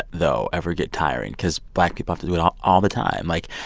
though, ever get tiring? because black people have to do it all all the time. like.